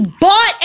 bought